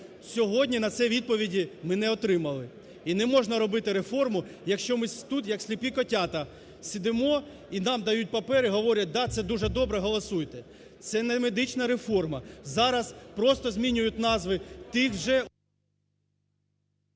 Сьогодні на це відповіді ми не отримали. І не можна робити реформу, якщо ми тут як сліпі котята сидимо, і нам дають папери й говорять: "Да, це дуже добре, голосуйте. Це не медична реформа. Зараз просто змінюють назви тих же…